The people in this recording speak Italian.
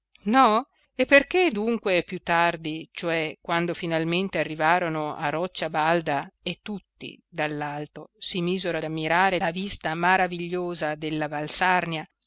no e perché dunque più tardi cioè quando finalmente arrivarono a roccia balda e tutti dall'alto si misero ad ammirare la vista maravigliosa della valsarnia